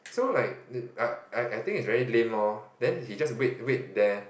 so like uh I I I think is very lame lor then he just wait wait there